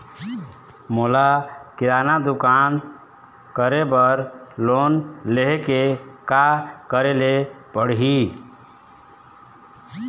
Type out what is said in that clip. मोला किराना दुकान करे बर लोन लेहेले का करेले पड़ही?